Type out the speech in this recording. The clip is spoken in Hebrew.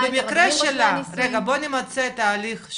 במקרה שלה --- זהו,